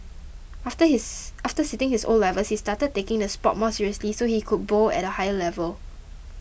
after his after sitting his O levels he started taking the sport more seriously so he could bowl at a higher level